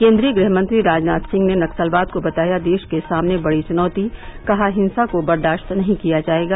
केन्द्रीय गृहमंत्री राजनाथ सिंह ने नक्सलवाद को बताया देष के सामने बड़ी चुनौती कहा हिंसा को बर्दाष्त नहीं किया जायेगा